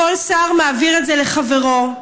כל שר מעביר את זה לחברו.